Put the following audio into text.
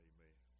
Amen